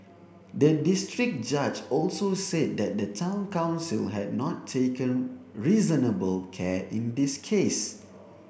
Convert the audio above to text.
the district judge also said that the Town Council had not taken reasonable care in this case